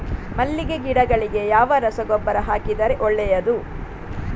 ಮಲ್ಲಿಗೆ ಗಿಡಗಳಿಗೆ ಯಾವ ರಸಗೊಬ್ಬರ ಹಾಕಿದರೆ ಒಳ್ಳೆಯದು?